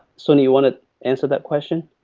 sony, you wanna answer that question?